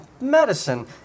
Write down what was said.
medicine